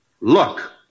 look